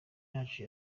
yacu